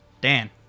Dan